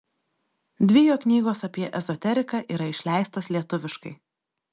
dvi jo knygos apie ezoteriką yra išleistos lietuviškai